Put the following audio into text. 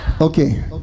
Okay